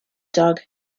dog